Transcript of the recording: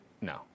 No